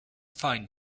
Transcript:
find